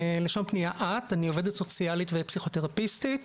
אני עובדת סוציאלית ופסיכותרפיסטית,